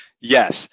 yes